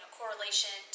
correlation